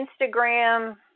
Instagram